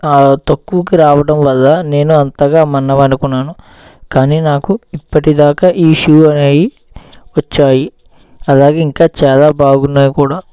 తక్కువకి రావడం వల్ల నేను అంతగా మన్నవనుకున్నాను కానీ నాకు ఇప్పటి దాకా ఈ షూ అనేవి వచ్చాయి అలాగే ఇంకా చాలా బాగున్నాయి కూడా